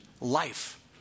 life